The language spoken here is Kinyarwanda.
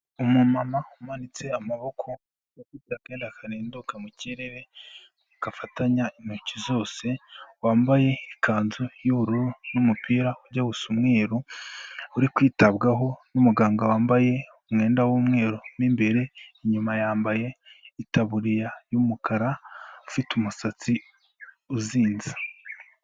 Umumama umanitse amaboko, ufite akenda karenduka mu kirere gafatanya intoki zose, wambaye ikanzu y'ubururu n'umupira ujya gusa umweru, uri kwitabwaho n'umuganga wambaye umwenda w'umweru mo imbere, inyuma yambaye itaburiya y'umukara, ufite umusatsi uzinze.